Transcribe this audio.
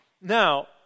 Now